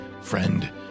friend